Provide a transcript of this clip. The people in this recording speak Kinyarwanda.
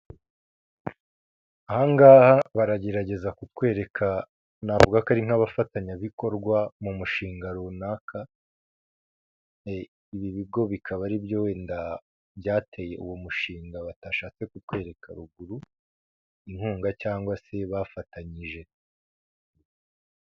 Aha ngaha baragerageza kukwereka navuga ko ari nk'abafatanyabikorwa mu mushinga runaka, ibi bigo bikaba ari byo wenda byateye uwo mushinga batashatse kukwereka ruguru, inkunga cyangwa se bafatanyije.